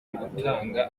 gutanga